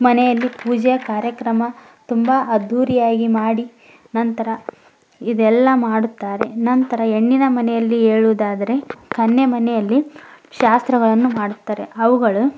ಮನೆಯಲ್ಲಿ ಪೂಜೆ ಕಾರ್ಯಕ್ರಮ ತುಂಬ ಅದ್ದೂರಿಯಾಗಿ ಮಾಡಿ ನಂತರ ಇದೆಲ್ಲ ಮಾಡುತ್ತಾರೆ ನಂತರ ಹೆಣ್ಣಿನ ಮನೆಯಲ್ಲಿ ಹೇಳುದಾದ್ರೆ ಕನ್ಯೆ ಮನೆಯಲ್ಲಿ ಶಾಸ್ತ್ರಗಳನ್ನು ಮಾಡುತ್ತಾರೆ ಅವುಗಳು